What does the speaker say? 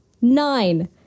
Nine